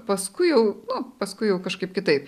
paskui jau nu paskui jau kažkaip kitaip